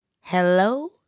hello